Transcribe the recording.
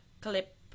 clip